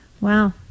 wow